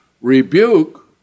Rebuke